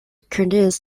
contains